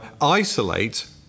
isolate